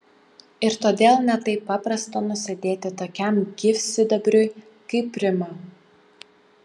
ir todėl ne taip paprasta nusėdėti tokiam gyvsidabriui kaip rima